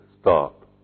stop